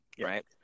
Right